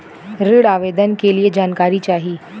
ऋण आवेदन के लिए जानकारी चाही?